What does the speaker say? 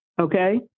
Okay